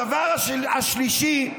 הדבר השלישי: